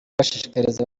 ashishikariza